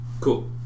cool